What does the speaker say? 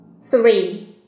three